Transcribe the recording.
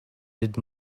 did